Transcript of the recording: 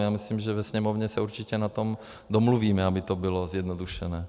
Já myslím, že ve Sněmovně se určitě na tom domluvíme, aby to bylo zjednodušeno.